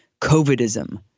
covidism